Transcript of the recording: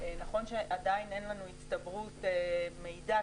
נכון שעדיין אין לנו הצטברות מידע,